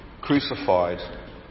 crucified